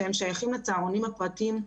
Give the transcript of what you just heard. ששייכים לצהרונים הפרטיים,